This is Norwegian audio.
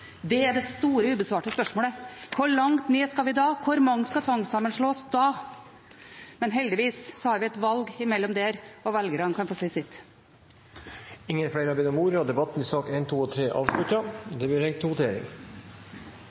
Det er det store ubesvarte spørsmålet. Hvor langt ned skal vi da? Hvor mange skal tvangssammenslås da? Men heldigvis har vi et valg før det, og velgerne kan få si sitt. Flere har ikke bedt om ordet til sakene nr. 1–3. Kari Henriksen har bedt om ordet før vi går til votering.